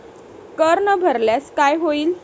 कर न भरल्यास काय होईल?